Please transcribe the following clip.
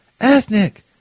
ethnic